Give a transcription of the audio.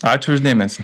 ačiū už dėmesį